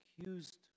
accused